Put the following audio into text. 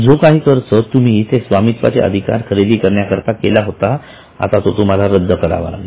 जो काही खर्च तुम्ही ते स्वामित्वाचे अधिकार खरेदी करण्याकरिता केला होता आता तो तुम्हाला रद्द करावा लागेल